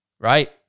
right